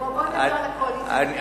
בוא נדבר על הקואליציה והאופוזיציה.